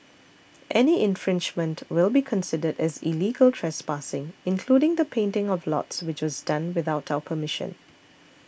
any infringement will be considered as illegal trespassing including the painting of lots which was done without our permission